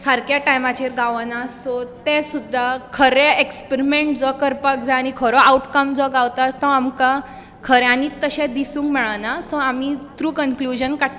सारक्या टायमाचेर गावना ते सुद्धा खरे एक्सपिरमेंट जो करपाक जाय आनी खरो आवडकम जो गावपाक जाय तो आमकां खऱ्यांनीच तशें दिसूंक मेळना सो आमी थ्रू कनक्लूजन काडटात